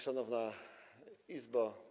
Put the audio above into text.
Szanowna Izbo!